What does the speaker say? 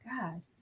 God